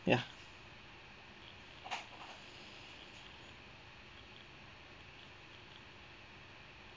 ya